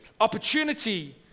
opportunity